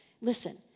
Listen